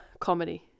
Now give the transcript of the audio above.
comedy